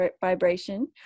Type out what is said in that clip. vibration